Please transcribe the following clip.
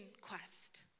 quest